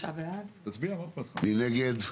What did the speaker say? מי נגד?